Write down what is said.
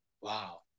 wow